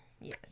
Yes